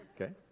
okay